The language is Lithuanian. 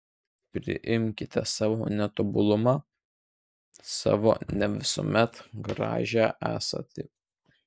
priimkite savo netobulumą savo ne visuomet gražią esatį